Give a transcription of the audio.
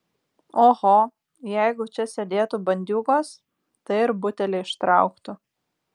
oho jeigu čia sėdėtų bandiūgos tai ir butelį ištrauktų